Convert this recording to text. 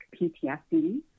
PTSD